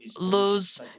lose